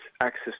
access